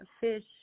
fish